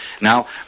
Now